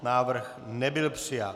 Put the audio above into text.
Návrh nebyl přijat.